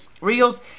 Reels